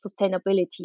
sustainability